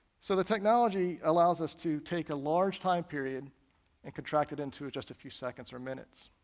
so the technology allows us to take a large time period and contract it into just a few seconds or minutes.